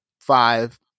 five